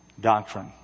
doctrine